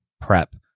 prep